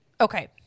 Okay